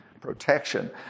protection